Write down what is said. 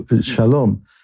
shalom